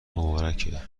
مبارکه